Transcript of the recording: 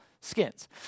skins